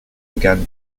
began